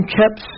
kept